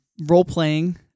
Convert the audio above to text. role-playing